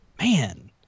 man